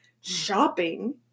shopping